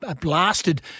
blasted